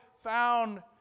found